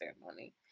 ceremony